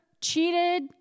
cheated